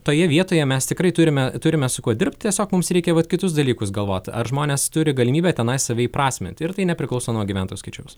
toje vietoje mes tikrai turime turime su kuo dirbti tiesiog mums reikia vat kitus dalykus galvoti ar žmonės turi galimybę tenai save įprasminti ir tai nepriklauso nuo gyventojų skaičiaus